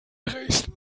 dresden